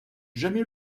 jamais